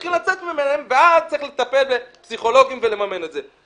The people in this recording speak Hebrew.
מצליחים לצאת מהן ואז צריך לטפל עם פסיכולוגים ולממן את זה.